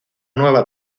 nueva